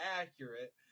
accurate